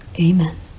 Amen